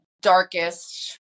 darkest